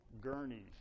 gurneys